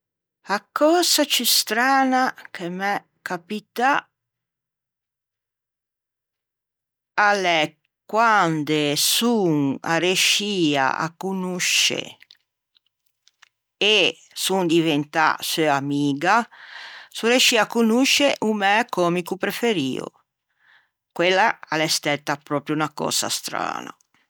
A cösa ciù strana che m'é capitâ a l'é quande son areiscia a conosce e son diventâ seu amiga e son areisica a conosce o mæ comico preferio, quella a l'é stæta proprio unna cösa strana